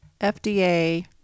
FDA